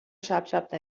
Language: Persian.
چپچپ